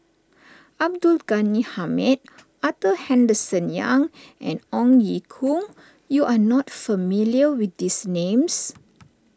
Abdul Ghani Hamid Arthur Henderson Young and Ong Ye Kung you are not familiar with these names